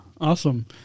awesome